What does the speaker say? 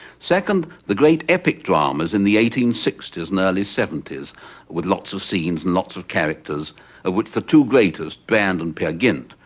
second, the great epic dramas in the eighteen sixty s and early seventy s with lots of scenes and lots of characters of which the two greatest, brand and peer gynt,